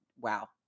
Wow